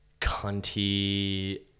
cunty